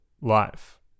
life